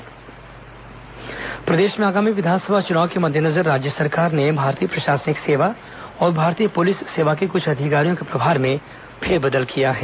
तबादला प्रदेश में आगामी विधानसभा चुनाव के मद्देनजर राज्य सरकार ने भारतीय प्रशासनिक सेवा और भारतीय पुलिस सेवा के कुछ अधिकारियों के प्रभार में फेरबदल किया है